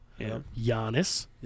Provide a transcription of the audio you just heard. Giannis